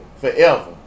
Forever